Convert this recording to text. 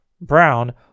Brown